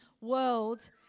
world